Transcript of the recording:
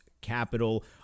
capital